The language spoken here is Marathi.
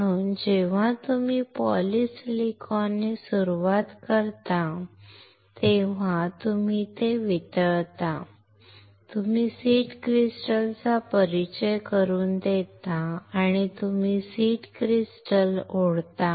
म्हणून जेव्हा तुम्ही पॉलीसिलिकॉनने सुरुवात करता तेव्हा तुम्ही ते वितळता तुम्ही सीड क्रिस्टल चा परिचय करून देता आणि तुम्ही सीड क्रिस्टल ओढता